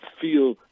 feel